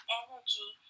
energy